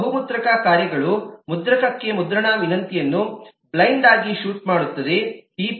ಮತ್ತು ಬಹು ಮುದ್ರಣ ಕಾರ್ಯಗಳು ಮುದ್ರಕಕ್ಕೆ ಮುದ್ರಣ ವಿನಂತಿಯನ್ನು ಬ್ಲೈಂಡ್ ಆಗಿ ಶೂಟ್ ಮಾಡುತ್ತದೆ